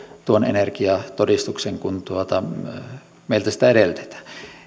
tuon energiatodistuksen kuin meiltä sitä edellytetään